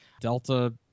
Delta